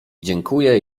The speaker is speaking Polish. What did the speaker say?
dziękuję